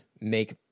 make